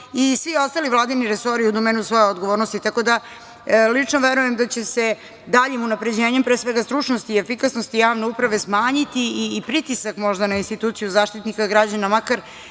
i svi ostali vladini resori u domenu svoje odgovornosti. Tako da, lično verujem da će se daljim unapređenjem, pre svega stručnosti i efikasnosti javne uprave, smanjiti i pritisak možda na instituciju Zaštitnika građana, makar